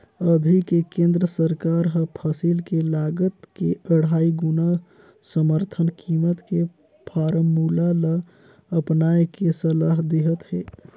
अभी के केन्द्र सरकार हर फसिल के लागत के अढ़ाई गुना समरथन कीमत के फारमुला ल अपनाए के सलाह देहत हे